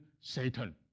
Satan